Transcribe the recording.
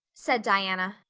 said diana.